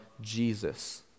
Jesus